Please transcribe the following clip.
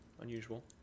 unusual